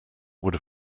would